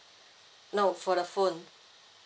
no for the phone